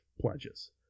pledges